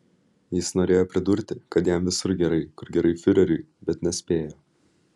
jis norėjo pridurti kad jam visur gerai kur gerai fiureriui bet nespėjo